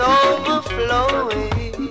overflowing